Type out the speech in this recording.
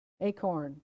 acorn